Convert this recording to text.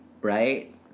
Right